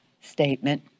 statement